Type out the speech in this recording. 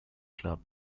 club